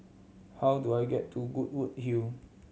how do I get to Goodwood Hill